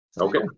Okay